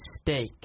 steak